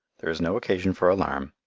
there is no occasion for alarm.